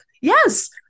Yes